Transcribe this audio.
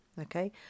Okay